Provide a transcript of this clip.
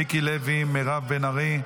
מיקי לוי, מירב בן ארי,